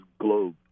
globe